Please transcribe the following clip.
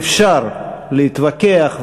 ואפשר להתווכח,